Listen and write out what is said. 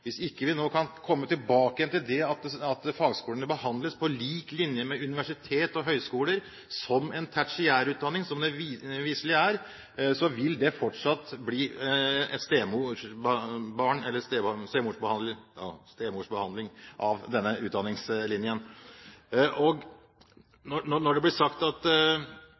vi ikke kan komme tilbake til at fagskolen behandles på lik linje med universitet og høyskole, som en tertiærutdanning, som den visselig er, vil det fortsatt bli en stemoderlig behandling av denne utdanningslinjen. Det blir sagt at fagskolene hører hjemme hos fylkeskommunene fordi de har fått et regionalt utviklingsansvar. Da skulle man jo tro at